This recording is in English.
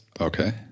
Okay